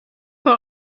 for